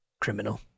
criminal